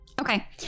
Okay